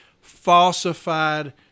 falsified